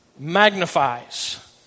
magnifies